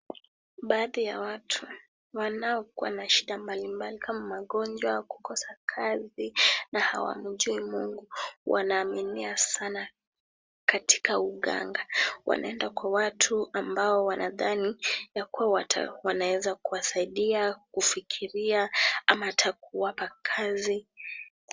Baadhi ya watu wanaokuwa na shida mbalimbali kama magonjwa, kukosa kazi na hawamjui Mungu, wanaaminia sana katika uganga, wanaenda kwa watu ambao wanadhani ya kuwa wanaweza kuwasaidia kufikiria ama ata kuwapa kazi